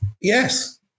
Yes